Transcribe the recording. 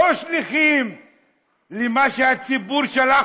לא שליחים למה שהציבור שלח,